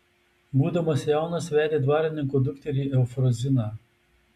būdamas jaunas vedė dvarininko dukterį eufroziną